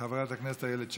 חברת הכנסת איילת שקד.